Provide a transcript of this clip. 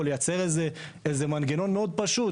או לייצר איזה מנגנון מאוד פשוט,